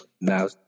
now